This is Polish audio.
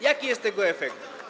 Jaki jest tego efekt?